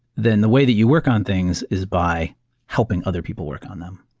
then the way that you work on things is by helping other people work on them.